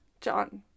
John